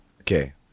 Okay